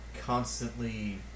Constantly